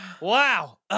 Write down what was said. Wow